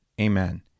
amen